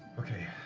okay,